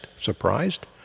surprised